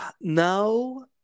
No